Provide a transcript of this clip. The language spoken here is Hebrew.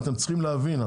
אתם צריכים להבין,